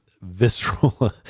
visceral